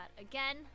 again